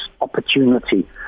opportunity